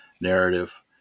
narrative